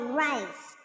rice